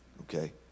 Okay